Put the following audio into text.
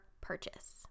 purchase